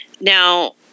Now